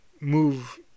move